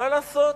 מה לעשות.